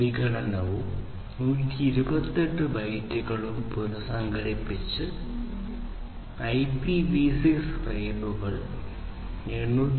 വിഘടനവും 128 ബൈറ്റുകളും പുനasസംഘടിപ്പിച്ച് IPv6 ഫ്രെയിമുകൾ 802